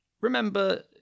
remember